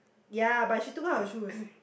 ya but she took out her shoes